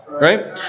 Right